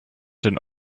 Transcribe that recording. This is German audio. den